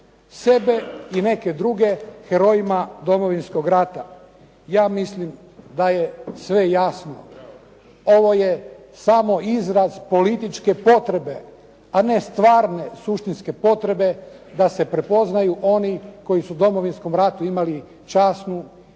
sebe i neke druge herojima Domovinskog rata. Ja mislim da je sve jasno. Ovo je samo izraz političke potrebe, a ne stvarne suštinske potrebe da se prepoznaju oni koji su u Domovinskom ratu imali časnu herojsku